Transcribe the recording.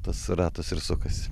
tas ratas ir sukasi